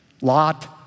Lot